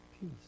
peace